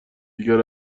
دیگر